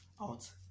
out